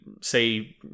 say